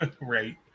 Right